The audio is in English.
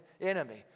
enemy